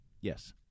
Yes